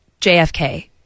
JFK